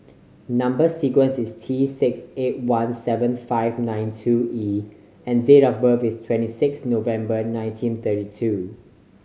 number sequence is T six eight one seven five nine two E and date of birth is twenty six November nineteen thirty two